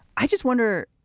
i just wonder,